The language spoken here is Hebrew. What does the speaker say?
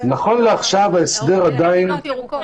אין עדיין מדינות ירוקות.